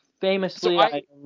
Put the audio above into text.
famously